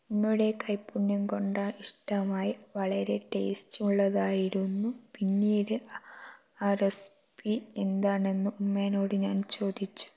ഉമ്മയുടെ കൈപ്പുണ്യം കൊണ്ട ഇഷ്ട്ടമായി വളരെ ടേസ്റ്റ് ഉള്ളതായിരുന്നു പിന്നീട് ആ റെസിപ്പി എന്താണെന്ന് ഉമ്മേനോട് ഞാൻ ചോദിച്ചു